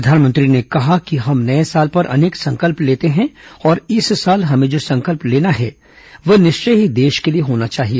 प्रधानमंत्री ने कहा कि हम नए साल पर अनेक संकल्प लेते हैं और इस साल हमें जो संकल्प लेना है वह निश्चय ही देश के लिए होना चाहिए